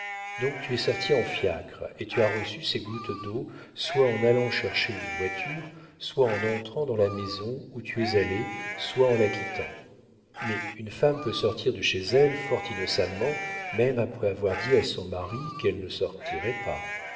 donc tu es sortie en fiacre et tu as reçu ces gouttes d'eau soit en allant chercher une voiture soit en entrant dans la maison où tu es allée soit en la quittant mais une femme peut sortir de chez elle fort innocemment même après avoir dit à son mari qu'elle ne sortirait pas